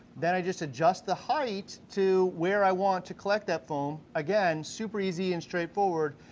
then i just adjust the height to where i want to collect that foam, again, super easy and straight forward,